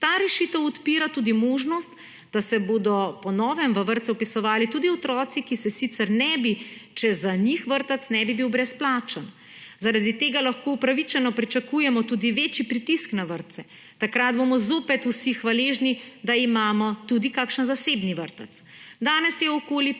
Ta rešitev odpira tudi možnost, da se bodo po novem v vrtce vpisovali tudi otroci, ki se sicer ne bi, če za njih vrtec ne bi bil brezplačen. Zaradi tega lahko upravičeno pričakujemo tudi večji pritisk na vrtce. Takrat bomo zopet vsi hvaležni, da imamo tudi kakšen zasebni vrtec. Danes je okoli 5